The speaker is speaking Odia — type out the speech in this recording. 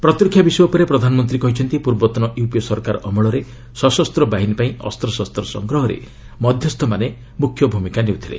ପ୍ରତିରକ୍ଷା ବିଷୟ ଉପରେ ପ୍ରଧାନମନ୍ତ୍ରୀ କହିଛନ୍ତି ପୂର୍ବତନ ୟୁପିଏ ସରକାର ଅମଳରେ ସଶସ୍ତ ବାହିନୀ ପାଇଁ ଅସ୍ତ୍ରଶସ୍ତ ସଂଗ୍ରହରେ ମଧ୍ୟସ୍ଥମାନେ ମୁଖ୍ୟ ଭୂମିକା ନେଉଥିଲେ